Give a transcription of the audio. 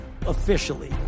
officially